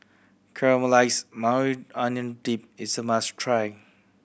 Caramelized Maui Onion Dip is a must try